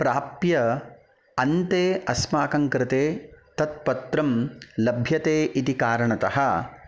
प्राप्य अन्ते अस्माकं कृते तत् पत्रं लभ्यते इति कारणतः